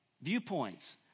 viewpoints